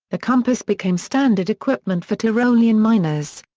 the compass became standard equipment for tyrolian miners.